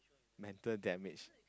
mental damage